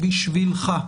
בִּשְׁבִילְךָ.